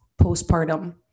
postpartum